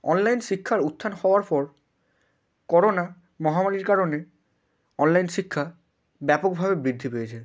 online শিক্ষার উত্থান হওয়ার পর করোনা মহামারীর কারণে অনলাইন শিক্ষা ব্যাপকভাবে বৃদ্ধি পেয়েছে